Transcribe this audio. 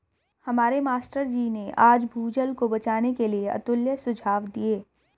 हमारे मास्टर जी ने आज भूजल को बचाने के लिए अतुल्य सुझाव दिए